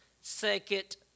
second